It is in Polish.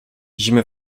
zimy